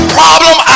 problem